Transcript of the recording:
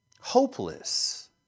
hopeless